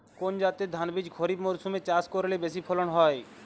কোন জাতের ধানবীজ খরিপ মরসুম এ চাষ করলে বেশি ফলন হয়?